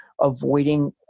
avoiding